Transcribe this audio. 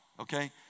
okay